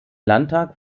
landtag